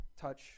touch